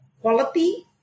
quality